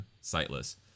Sightless